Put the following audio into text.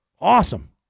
Awesome